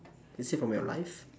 is this from your life